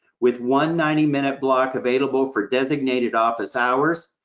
with one ninety minute block available for designated office hours,